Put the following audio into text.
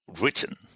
written